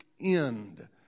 end